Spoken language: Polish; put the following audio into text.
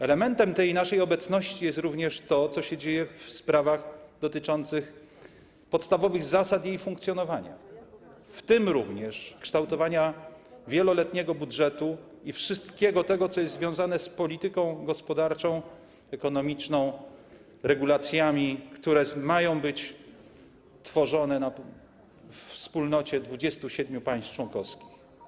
Elementem tej naszej obecności jest również to, co się dzieje w sprawach dotyczących podstawowych zasad jej funkcjonowania, w tym również kształtowania wieloletniego budżetu i wszystkiego tego, co jest związane z polityką gospodarczą, ekonomiczną, z regulacjami, które mają być tworzone we wspólnocie 27 państw członkowskich.